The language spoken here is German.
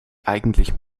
eigentlich